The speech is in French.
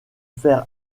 faire